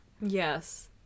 Yes